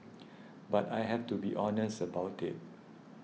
but I have to be honest about it